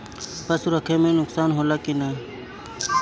पशु रखे मे नुकसान होला कि न?